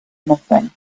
nothing